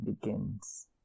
begins